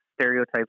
stereotypes